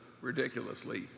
ridiculously